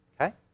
Okay